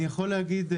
אני יכול להגיד,